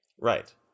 Right